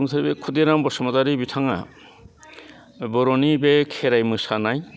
रुंसारि खुदिराम बसुमतारी बिथाङा बर'नि बे खेराइ मोसानाय